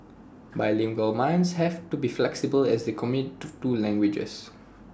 bilingual minds have to be flexible as they commit to two languages